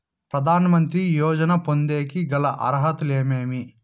ప్రధాన మంత్రి యోజన పొందేకి గల అర్హతలు ఏమేమి?